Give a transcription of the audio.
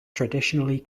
traditionally